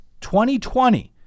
2020